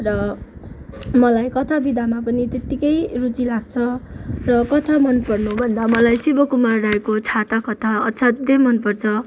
र मलाई कथा विधामा पनि त्यतिकै रुचि लाग्छ र कथा मन पर्नुभन्दा मलाई शिव कुमार राईको छाता कथा असाध्य मनपर्छ